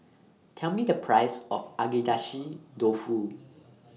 Tell Me The Price of Agedashi Dofu